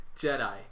Jedi